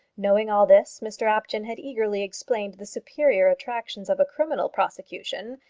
knowing all this, mr apjohn had eagerly explained the superior attractions of a criminal prosecution,